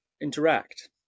interact